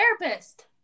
therapist